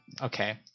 Okay